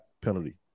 penalty